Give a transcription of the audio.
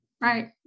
right